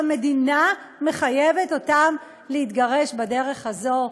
המדינה מחייבת אותם להתגרש בדרך הזאת?